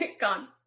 gone